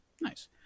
Nice